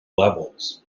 levels